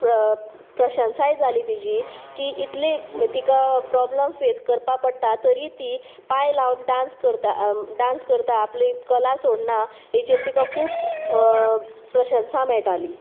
प्रशंसाय जाली तिजी की इतली तिका प्रोब्लम फेस करपा पडटा तरी ती पांय लावन डांस करता डांस करता आपली कला सोडना हेचेर तिका खूब प्रशंसा मेळटाली